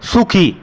সুখী